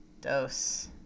dose